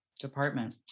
department